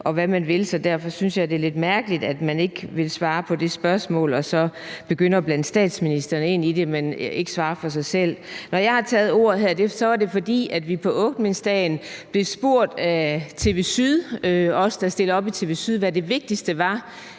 hvad partierne vil, så derfor synes jeg, det er lidt mærkeligt, at man ikke vil svare på det spørgsmål, men begynder at blande statsministeren ind i det uden at svare for sig selv. Når jeg har taget ordet her, er det, fordi vi, der stiller op i TV Syd's område, på åbningsdagen blev spurgt om, hvad det vigtigste at